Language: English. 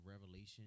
revelation